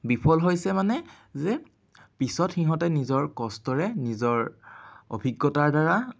বিফল হৈছে মানে যে পিছত সিহঁতে নিজৰ কষ্টৰে নিজৰ অভিজ্ঞতাৰ দ্বাৰা